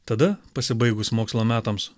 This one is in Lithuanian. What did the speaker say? tada pasibaigus mokslo metams